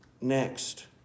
next